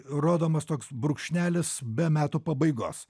rodomas toks brūkšnelis be metų pabaigos